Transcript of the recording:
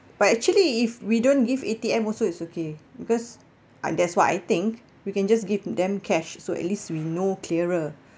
but actually if we don't give A_T_M also it's okay because that's what I think we can just give them cash so at least we know clearer